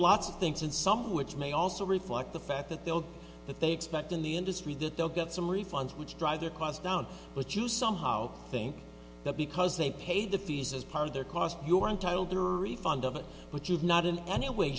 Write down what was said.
lots of things and some which may also reflect the fact that they'll that they expect in the industry that they'll get some refunds which drive their cars down but you somehow think that because they pay the fees as part of their cost you are entitled to refund of it but you'd not in any way